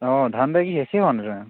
অঁ ধান দাই কি শেষেই হোৱা নাই তোমালোকৰ